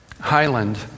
Highland